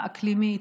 האקלימית,